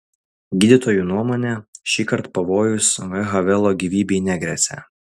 gydytojų nuomone šįkart pavojus v havelo gyvybei negresia